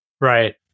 Right